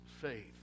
faith